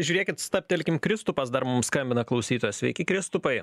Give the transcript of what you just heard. žiūrėkit stabtelkim kristupas dar mums skambina klausytojas sveiki kristupai